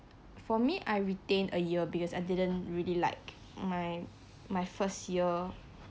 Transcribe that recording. for me I retained a year because I didn't really like my my first year